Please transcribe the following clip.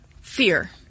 fear